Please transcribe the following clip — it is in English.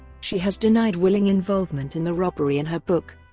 she has denied willing involvement in the robbery in her book,